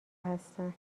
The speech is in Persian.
هستن